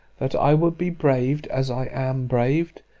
that i would be braved as i am braved,